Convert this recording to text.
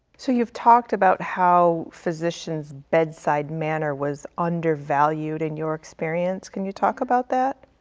so you've talked about how physician's bedside manner was undervalued in your experience, can you talk about that?